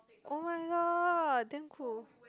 oh-my-god damn cool